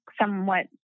somewhat